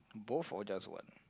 both or just one